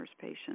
patients